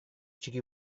txiki